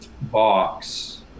box